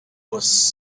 was